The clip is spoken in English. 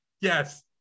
Yes